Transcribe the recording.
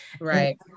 Right